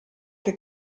che